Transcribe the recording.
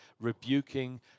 rebuking